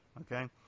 okay